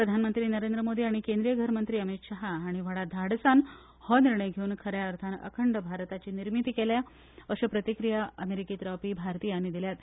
प्रधानमंत्री नरेंद्र मोदी आनी केंद्रीय घर मंत्री अमीत शाह हांणी व्हडा धाडसान हो निर्णय घेवन खऱ्या अर्थान अखंड भारताची निर्मिती केल्या अश्यो प्रतिक्रिया अमेरिकेंत रावपी भारतीयांनी दिल्यात